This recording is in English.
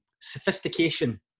sophistication